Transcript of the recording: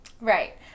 Right